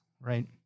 right